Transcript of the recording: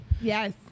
Yes